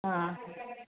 ಹಾಂ